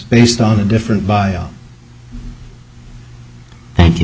based on a different bio thank you